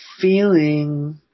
feeling